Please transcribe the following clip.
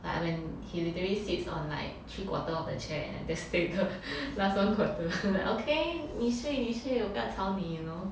like when he literally sits on like three quarter of the chair and I just take the last one quarter like okay 你睡你睡我不要吵你 you know